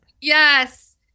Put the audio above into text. Yes